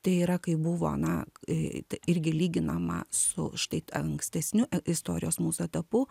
tai yra kai buvo na irgi lyginama su štai ankstesniu istorijos mūsų etapu